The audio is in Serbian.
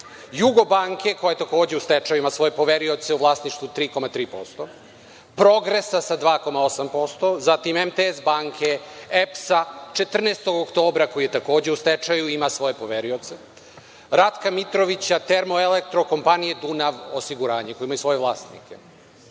„Jugobanke“ koja je takođe u stečaju, ima svoje poverioce u vlasništvu 3,3%, „Progresa“ sa 2,8%, zatim „MTS banke“, „EPS“-a, „14. oktobra“ koji je takođe u stečaju i ima svoje poverioce, „Ratka Mitrovića“, „Termoelektro“ kompanije, „Dunav osiguranje“ koji imaju svoje vlasnike. Premijer